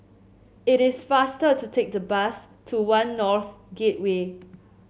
it is faster to take the bus to One North Gateway